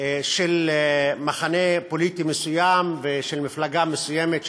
של מחנה פוליטי מסוים ושל מפלגה מסוימת,